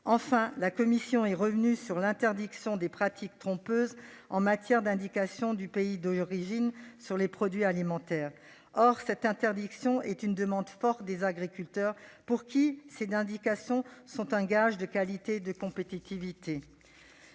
est par ailleurs revenue sur l'interdiction des pratiques trompeuses en matière d'indication du pays d'origine sur les produits alimentaires. Or cette interdiction est une demande forte des agriculteurs, qui considèrent ces indications comme un gage de qualité et de compétitivité.